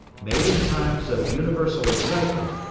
made in times of universal excitement,